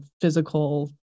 physical